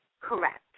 Correct